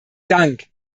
dank